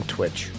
Twitch